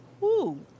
Woo